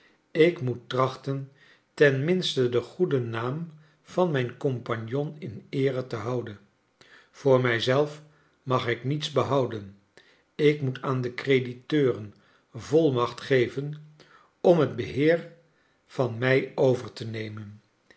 ik moet trachten ten minste den goeden naara van mijn compagnon in eere te houden voor mij zelf mag ik niets behouden ik moet aan de crediteuren volmacht geven om het beheer van mij over te nemen